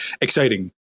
exciting